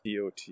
DOT